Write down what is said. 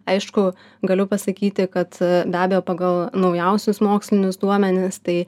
aišku galiu pasakyti kad be abejo pagal naujausius mokslinius duomenis tai